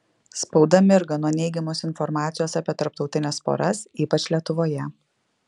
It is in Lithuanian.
spauda mirga nuo neigiamos informacijos apie tarptautines poras ypač lietuvoje